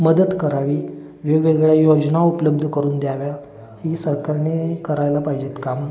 मदत करावी वेगवेगळ्या योजना उपलब्ध करून द्याव्या ही सरकारने करायला पाहिजेत कामं